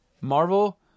Marvel